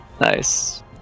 nice